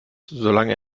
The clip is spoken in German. solange